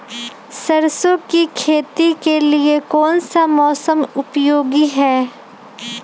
सरसो की खेती के लिए कौन सा मौसम उपयोगी है?